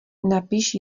napiš